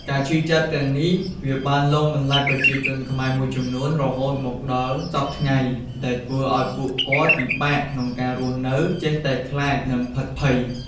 ការឈឺទាំងអស់នេះវាបានលងបន្លាចប្រជាជនខ្មែរមួយចំនួនរហូតមកដល់ដល់សព្វថ្ងៃដែលធ្វើឲ្យពួកគាត់ពិបាកក្នុងការរស់នៅចេះតែខ្លាចនិងភិតភ័យ។